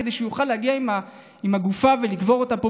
כדי שיוכל להגיע עם הגופה ולקבור אותה פה,